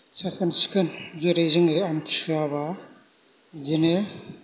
साखोन सिखोन जेरै जोङो आमतिसुवाबा बिदिनो